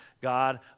God